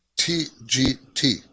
TGT